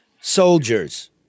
soldiers